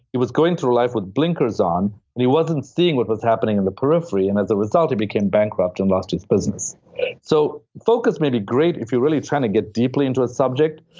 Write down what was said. it was going through life with blinkers on. and he wasn't seeing what was happening on the periphery, and as a result he became bankrupt and lost his business so focus may be great if you're really trying to get deeply into a subject,